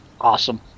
awesome